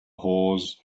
horse